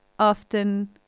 often